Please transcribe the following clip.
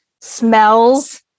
smells